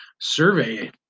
survey